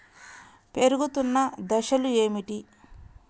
పెరుగుతున్న దశలు ఏమిటి?